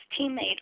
teammate